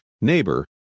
neighbor